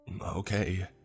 Okay